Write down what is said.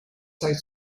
side